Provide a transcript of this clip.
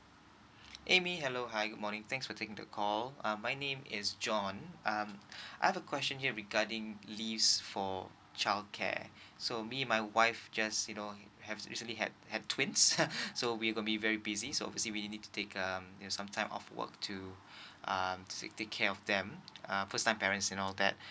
amy hello hi good morning thanks for taking the call uh my name is john um I have a question here regarding leave for childcare so me and my wife just you know have recently had have twins so we will be very busy so obviously we need to take um you know some time off work to um said take care of them um first time parents and all that